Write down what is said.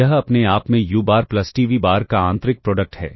यह अपने आप में u bar plus t v bar का आंतरिक प्रोडक्ट है